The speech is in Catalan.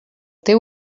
teu